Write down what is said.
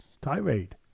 tirade